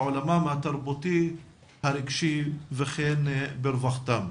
בעולמם התרבותי והרגשי וכן ברווחתם.